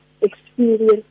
experience